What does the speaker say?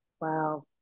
Wow